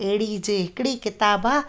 अहिड़ी जे हिकिड़ी किताबु आहे